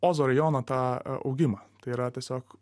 ozo rajoną tą augimą tai yra tiesiog